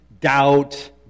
doubt